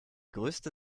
größte